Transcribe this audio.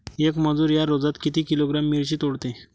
येक मजूर या रोजात किती किलोग्रॅम मिरची तोडते?